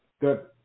Good